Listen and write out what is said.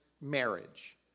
marriage